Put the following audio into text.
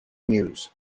news